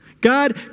God